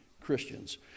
Christians